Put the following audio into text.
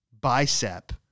bicep